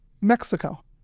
Mexico